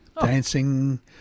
Dancing